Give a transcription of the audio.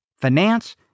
finance